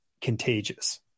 contagious